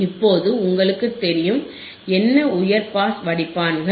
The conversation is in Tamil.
இப்போது உங்களுக்குத் தெரியும் என்ன உயர் பாஸ் வடிப்பான்கள்